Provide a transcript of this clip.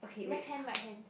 left hand right hand